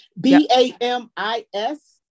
b-a-m-i-s